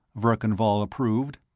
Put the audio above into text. verkan vall approved.